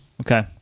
okay